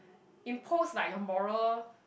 impose like a moral